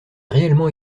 réellement